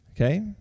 okay